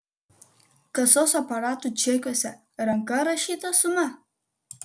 kasos aparatų čekiuose ranka rašyta suma